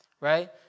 Right